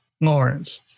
Lawrence